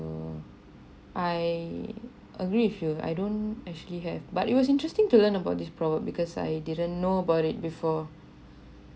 I agree with you I don't actually have but it was interesting to learn about this proverb because I didn't know about it before